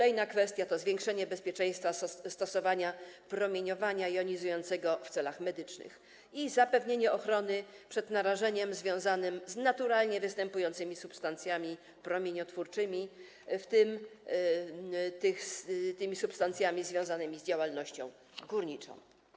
Następna kwestia to zwiększenie bezpieczeństwa stosowania promieniowania jonizującego w celach medycznych i zapewnienie ochrony przed narażeniem związanym z naturalnie występującymi substancjami promieniotwórczymi, w tym substancjami związanymi z działalnością górniczą.